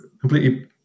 completely